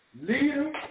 leader